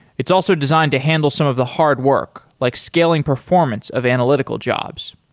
it's also designed to handle some of the hard work, like scaling performance of analytical jobs.